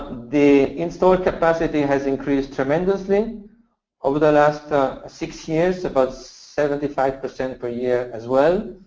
the install capacity has increased tremendously over the last six years, about seventy five percent per year as well.